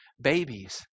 babies